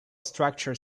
structure